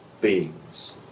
beings